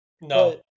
No